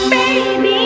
Baby